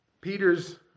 Peter's